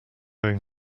going